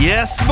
Yes